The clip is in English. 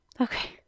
Okay